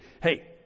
Hey